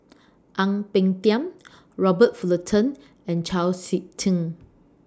Ang Peng Tiam Robert Fullerton and Chau Sik Ting